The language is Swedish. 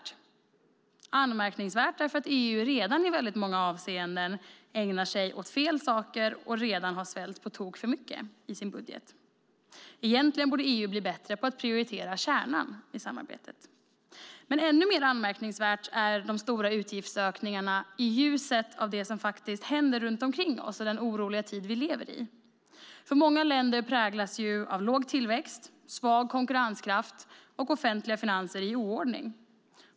Det är anmärkningsvärt därför att EU redan i många avseenden ägnar sig åt fel saker och har svällt på tok för mycket i sin budget. Egentligen borde EU bli bättre på att prioritera kärnan i samarbetet. Men ännu mer anmärkningsvärda är de stora utgiftsökningarna i ljuset av det som händer runt omkring oss och den oroliga tid vi lever i. Många länder präglas av låg tillväxt, svag konkurrenskraft och offentliga finanser i oordning.